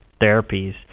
therapies